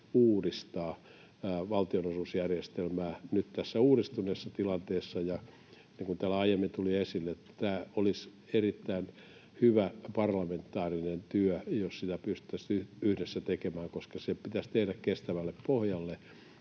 uudistaa valtionosuusjärjestelmää nyt tässä uudistuneessa tilanteessa, ja niin kuin täällä aiemmin tuli esille, tämä olisi erittäin hyvä parlamentaarinen työ, jos sitä pystyttäisiin yhdessä tekemään, koska se pitäisi tehdä kestävälle pohjalle.